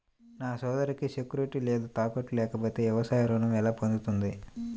నా సోదరికి సెక్యూరిటీ లేదా తాకట్టు లేకపోతే వ్యవసాయ రుణం ఎలా పొందుతుంది?